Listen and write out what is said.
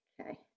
Okay